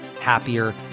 happier